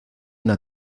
una